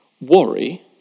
worry